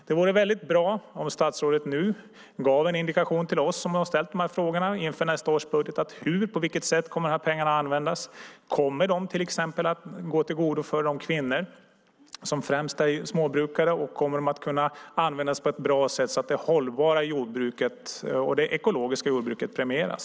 Det vore väldigt bra om statsrådet nu gav en indikation till oss som har ställt dessa frågor inför nästa års budget. På vilket sätt kommer pengarna att användas? Kommer de till exempel att gå till de kvinnor som främst är småbrukare? Kommer de att kunna användas på ett bra sätt så att det hållbara och det ekologiska jordbruket premieras?